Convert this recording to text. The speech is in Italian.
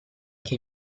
che